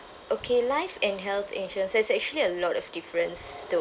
okay life and health insurance there's actually a lot of difference too